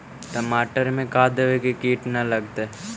टमाटर में का देबै कि किट न लगतै?